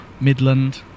Midland